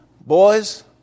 boys